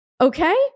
Okay